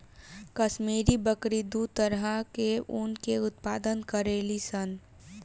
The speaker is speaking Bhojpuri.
काश्मीरी बकरी दू तरह के ऊन के उत्पादन करेली सन